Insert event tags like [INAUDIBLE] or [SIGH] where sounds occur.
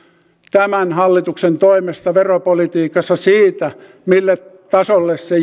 tämän hallituksen toimesta veropolitiikassa siitä mille tasolle se [UNINTELLIGIBLE]